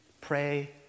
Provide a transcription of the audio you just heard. pray